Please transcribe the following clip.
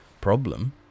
problem